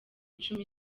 icumi